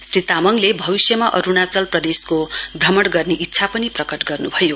श्री तामाङले भविष्यमा अरुणाचल प्रदेशको भ्रमण गर्ने इच्छा पनि प्रकट गर्नुभयो